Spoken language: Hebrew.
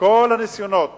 כל הניסיונות